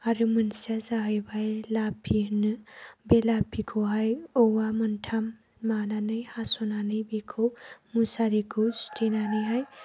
आरो मोनसेया जाहैबाय लापि होनो बे लापिखौहाय औवा मोनथाम लानानै हास'नानै बेखौ मुसारिखौ सुथेनानैहाय